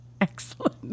Excellent